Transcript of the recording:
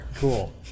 Cool